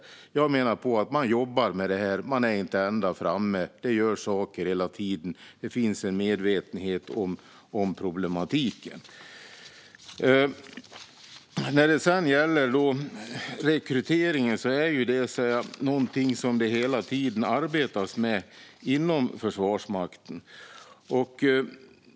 Jag menar att man jobbar med det här. Man är inte ända framme. Det görs saker hela tiden. Det finns en medvetenhet om problematiken. När det gäller rekryteringen är det något som det hela tiden arbetas med inom Försvarsmakten.